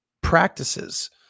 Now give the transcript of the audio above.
practices